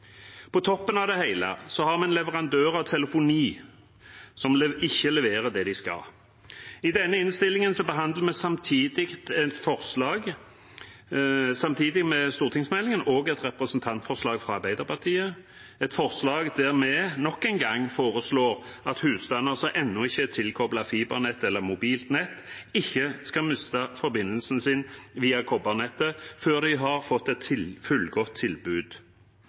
På toppen av det hele har vi en leverandør av telefoni som ikke leverer det de skal. I denne innstillingen behandler vi samtidig med stortingsmeldingen også et representantforslag fra Arbeiderpartiet. I det foreslår vi nok en gang at husstander som ennå ikke er tilkoblet fibernett eller mobilt nett, ikke skal miste forbindelsen sin via kobbernettet før de har fått et fullgodt